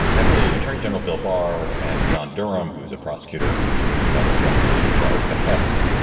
emily. attorney general bill barr and john durham, who's a prosecutor who is doing another investigation at bars behest.